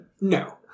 no